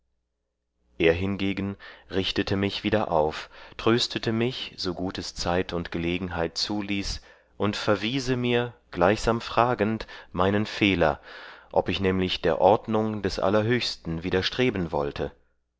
er hingegen richtete mich wieder auf tröstete mich so gut es zeit und gelegenheit zuließ und verwiese mir gleichsam fragend meinen fehler ob ich nämlich der ordnung des allerhöchsten widerstreben wollte